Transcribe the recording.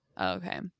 okay